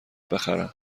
بخرم